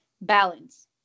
balance